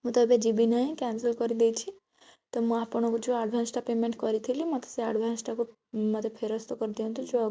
ମୁଁ ତ ଏବେ ଯିବି ନାହିଁ କ୍ୟାନସେଲ୍ କରିଦେଇଛି ତ ମୁଁ ଆପଣଙ୍କୁ ଯେଉଁ ଆଡ଼ଭାନ୍ସ ଟା ପେମେଣ୍ଟ କରିଥିଲି ମତେ ସେ ଆଡ଼ଭାନ୍ସ ଟାକୁ ମତେ ଫେରସ୍ତ କରିଦିଅନ୍ତୁ ଯେଉଁ